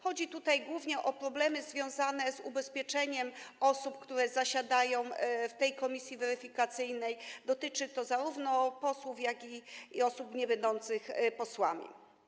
Chodzi tutaj głównie o problemy związane z ubezpieczeniem osób, które zasiadają w tej komisji weryfikacyjnej, dotyczy to zarówno posłów, jak i osób niebędących posłami.